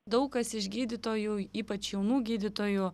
daug kas iš gydytojų ypač jaunų gydytojų